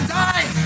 die